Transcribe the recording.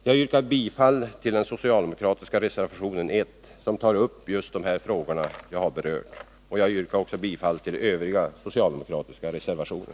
Jag yrkar bifall till den socialdemokratiska reservationen 1, där man tar upp just de frågor som jag har berört. Jag yrkar också bifall till övriga socialdemokratiska reservationer.